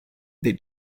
they